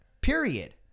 Period